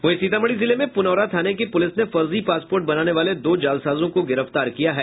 वहीं सीतामढ़ी जिले में पुनौरा थाने की पुलिस ने फर्जी पासपोर्ट बनाने वाले दो जालसाजों को गिरफ्तार किया है